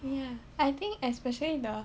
ya I think especially the